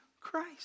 Christ